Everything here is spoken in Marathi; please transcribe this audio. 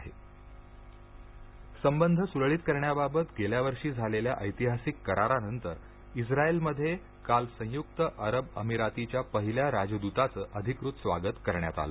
इस्राईल राजदत संबंध सुरळीत करण्याबाबत गेल्या वर्षी झालेल्या ऐतिहासिक करारानंतर इस्राईलमध्ये काल संयुक्त अरब अमिरातीच्या पहिल्या राजदूताचं अधिकृत स्वागत करण्यात आलं